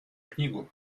книгу